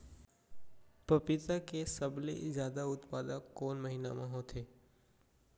पपीता के सबले जादा उत्पादन कोन महीना में होथे?